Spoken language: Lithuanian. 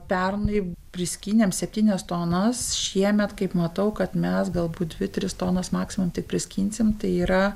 pernai priskynėm septynias tonas šiemet kaip matau kad mes galbūt dvi tris tonas maximum tik priskinsim tai yra